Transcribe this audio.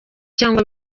cyangwa